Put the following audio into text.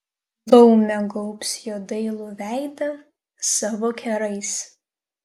laumė gaubs jo dailų veidą savo kerais